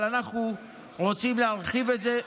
אבל אנחנו רוצים להרחיב את זה,